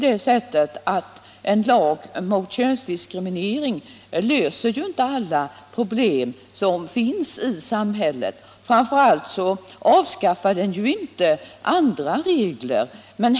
Men en lag mot könsdiskriminering löser ju inte alla problem som finns i samhället, framför allt avskaffar den inte andra regler.